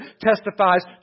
testifies